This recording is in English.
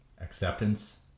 acceptance